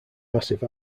massive